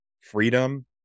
freedom